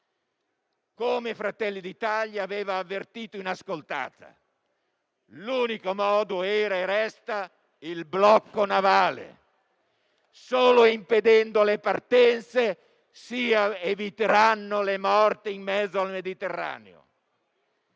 di Fratelli d'Italia avevamo avvertito, inascoltati, l'unico modo era e resta il blocco navale: solo impedendo le partenze si eviteranno le morti in mezzo al Mediterraneo.